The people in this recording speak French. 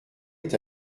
est